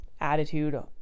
attitude